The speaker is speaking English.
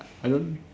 I don't